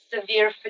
severe